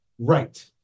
Right